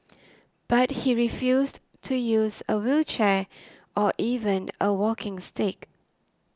but he refused to use a wheelchair or even a walking stick